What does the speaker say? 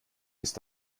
ist